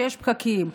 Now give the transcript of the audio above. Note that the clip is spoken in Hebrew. שיש פקקים.